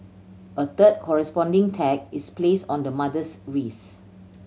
a third corresponding tag is placed on the mother's wrist